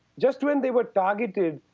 just when they were targeted,